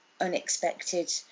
unexpected